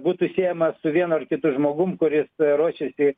būtų siejamas su vienu ar kitu žmogum kuris ruošiasi